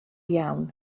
iawn